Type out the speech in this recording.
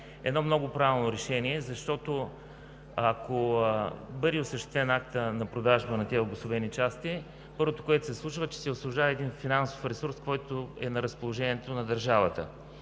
едно много правилно решение, защото, ако бъде осъществен актът на продажба на тези обособени части, първото, което се случва, е, че се освобождава финансов ресурс, който е на разположението на държавата.